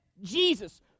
Jesus